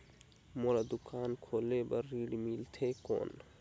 मोला दुकान खोले बार ऋण मिलथे कौन?